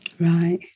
Right